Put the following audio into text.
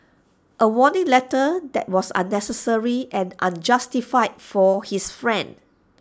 A warning letter that was unnecessary and unjustified for his friend